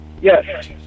Yes